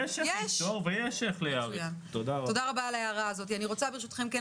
כרגע ההחלטה של